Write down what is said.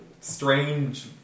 strange